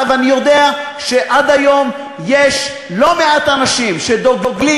ואני יודע שעד היום יש לא מעט אנשים שדוגלים